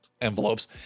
envelopes